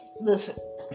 listen